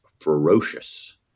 ferocious